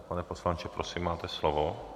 Pane poslanče, prosím, máte slovo.